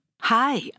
Hi